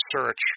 search